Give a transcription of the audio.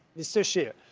mr. scheer,